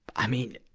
i mean,